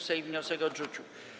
Sejm wniosek odrzucił.